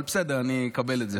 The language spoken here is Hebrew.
אבל בסדר, אני מקבל את זה.